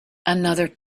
another